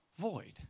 void